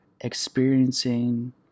experiencing